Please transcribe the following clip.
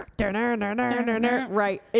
right